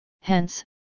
hence